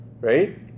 right